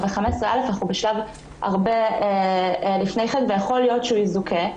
בסעיף 15(א) אנחנו בשלב שלפני כן ויכול להיות שהוא יזוכה,